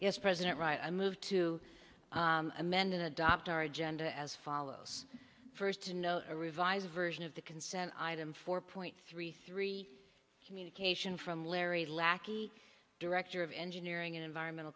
yes president right i move to amend and adopt our agenda as follows first to know a revised version of the concern item four point three three communication from larry lackey director of engineering environmental